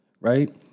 right